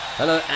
hello